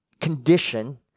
condition